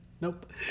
Nope